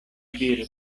birdo